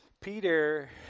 Peter